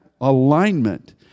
alignment